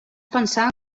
pensar